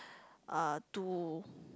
uh to